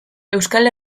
euskal